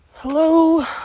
Hello